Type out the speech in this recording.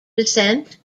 descent